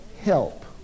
help